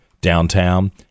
downtown